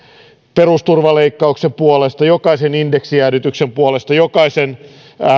perusturvaleikkauksen puolesta jokaisen indeksijäädytyksen puolesta jokaisen